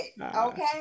Okay